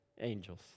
angels